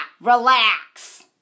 relax